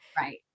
right